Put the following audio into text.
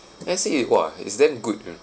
when I see it !wah! it's damn good you know